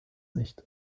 nicht